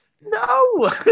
No